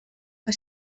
que